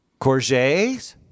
Courgettes